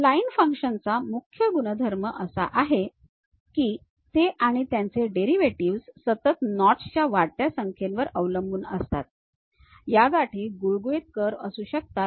spline फंक्शन्सचा मुख्य गुणधर्म असा आहे की ते आणि त्यांचे डेरिव्हेटिव्ह्ज सतत नॉट्स च्या वाढत्या संख्येवर अवलंबून असू शकतात या गाठी गुळगुळीत कर्व असू शकतात